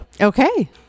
Okay